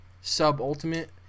sub-ultimate